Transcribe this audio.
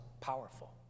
powerful